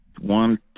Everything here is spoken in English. one